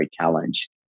challenge